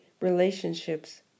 relationships